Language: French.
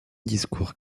discours